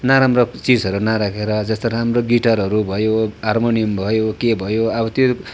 नराम्रो चिजहरू नराखेर जस्तो राम्रो गिटारहरू भयो हारमोनियम भयो के भयो अब त्यो